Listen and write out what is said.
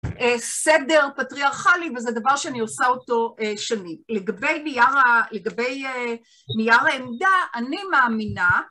סדר פטריארכלי, וזה דבר שאני עושה אותו שנים. לגבי נייר העמדה, אני מאמינה...